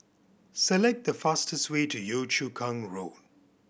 select the fastest way to Yio Chu Kang Road